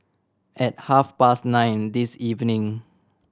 at half past nine this evening